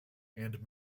and